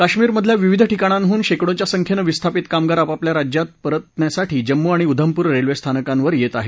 कश्मीरमधल्या विविध ठिकाणांहून शेकडोंच्या संख्येनं विस्थापित कामगार आपापल्या राज्यात परतण्यासाठी जम्मू आणि उधमपूर रेल्वेस्थानकांवर येत आहेत